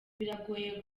biragoye